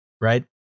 right